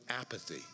apathy